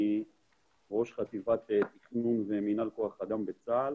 אני ראש חטיבת תכנון ומינהל כוח אדם בצה"ל.